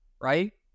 right